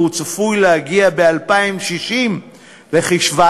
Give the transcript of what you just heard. והוא צפוי להגיע ב-2060 לכ-17%".